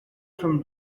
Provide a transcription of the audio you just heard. from